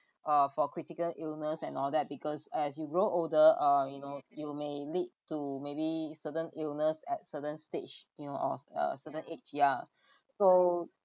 uh for critical illness and all that because as you grow older uh you know you may lead to maybe certain illness at certain stage you know of uh certain age ya so